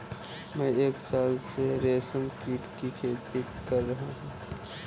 मैं एक साल से रेशमकीट की खेती कर रहा हूँ